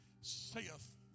Saith